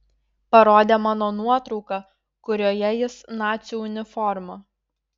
parodė mano nuotrauką kurioje jis nacių uniforma